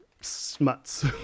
smuts